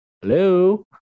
Hello